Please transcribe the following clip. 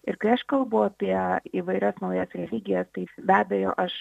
ir kai aš kalbu apie įvairias naujas religijas taip be abejo aš